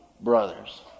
brothers